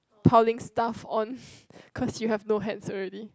piling stuff on cause you have no hands already